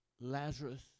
Lazarus